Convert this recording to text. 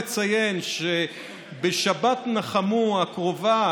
לציין שבשבת נחמו הקרובה,